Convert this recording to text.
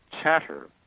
chatter